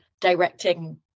directing